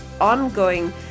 ongoing